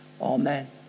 amen